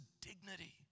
dignity